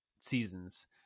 seasons